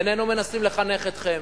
איננו מנסים לחנך אתכם,